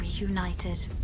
reunited